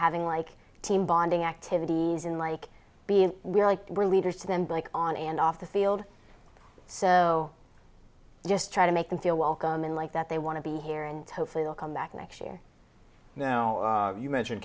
having like team bonding activities in like being we're like we're leaders to them back on and off the field so just try to make them feel welcome and like that they want to be here and hopefully they'll come back next year now you mention